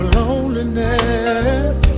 loneliness